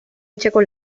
etxeko